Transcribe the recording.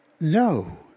no